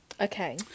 okay